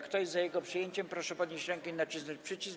Kto jest za jego przyjęciem, proszę podnieść rękę i nacisnąć przycisk.